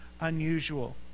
unusual